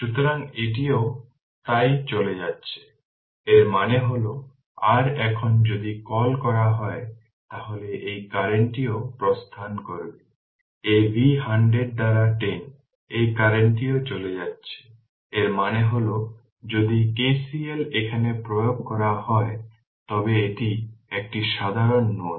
সুতরাং এটিও তাই চলে যাচ্ছে এর মানে হল r এখন যদি কল করা হয় তাহলে এই কারেন্টটিও প্রস্থান করবে এই V 100 দ্বারা 10 এই কারেন্টটিও চলে যাচ্ছে এর মানে হল যদি KCL এখানে প্রয়োগ করা হয় তবে এটি একটি সাধারণ নোড